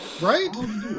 Right